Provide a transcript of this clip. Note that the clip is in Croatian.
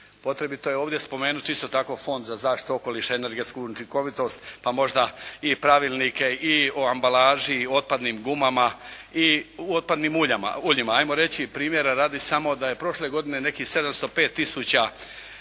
Potrebito je ovdje spomenuti isto tako Fond za zaštitu okoliša i energetsku učinkovitost pa možda i pravilnike i o ambalaži i o otpadnim gumama i otpadnim uljima. Ajmo reći primjera radi samo, da je prošle godine nekih 705 tisuća